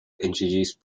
introduced